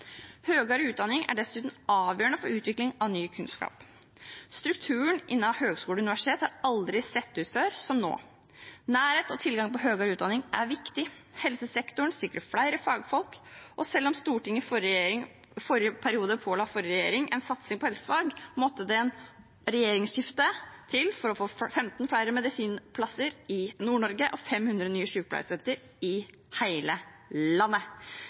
utdanning er dessuten avgjørende for utvikling av ny kunnskap. Strukturen innen høgskoler og universitet har aldri sett ut som nå før. Nærhet og tilgang på høyere utdanning er viktig. Helsesektoren skriker etter flere fagfolk. Selv om Stortinget i forrige periode påla forrige regjering en satsing på helsefag, måtte det regjeringsskifte til for å få 15 flere medisinplasser i Nord-Norge og 500 nye sykepleierstudenter i hele landet.